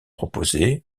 proposées